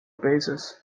basis